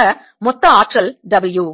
ஆக மொத்த ஆற்றல் W